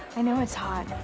i know it's hot.